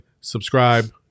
subscribe